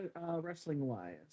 wrestling-wise